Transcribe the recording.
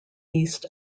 east